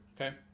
Okay